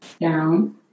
down